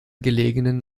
gelegenen